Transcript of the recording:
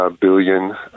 Billion